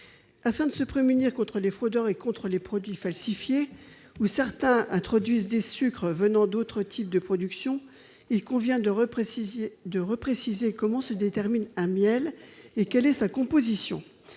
nous prémunir contre les fraudeurs et les produits falsifiés. Certains introduisent des sucres venant d'autres types de productions et il convient de repréciser comment se détermine un miel et quelle est sa composition.